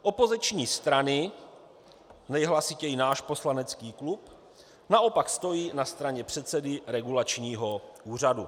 Opoziční strany nejhlasitěji náš poslanecký klub naopak stojí na straně předsedy regulačního úřadu.